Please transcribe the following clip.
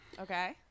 Okay